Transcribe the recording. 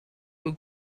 who